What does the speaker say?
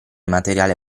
materiale